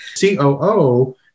COO